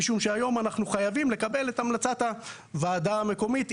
משום שיום אנחנו חייבים לקבל את המלצת הוועדה המקומית,